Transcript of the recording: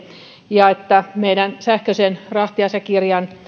ja että meidän sähköisen rahtiasiakirjamme